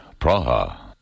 Praha